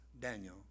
Daniel